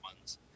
ones